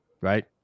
right